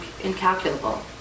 incalculable